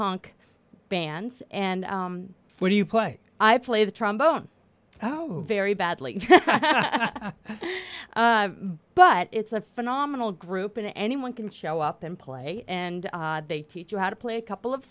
honk bands and what do you play i play the trombone oh very badly but it's a phenomenal group and anyone can show up and play and they teach you how to play a couple of